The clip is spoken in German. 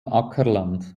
ackerland